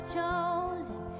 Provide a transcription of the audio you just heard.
chosen